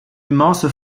immense